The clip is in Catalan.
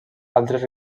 altres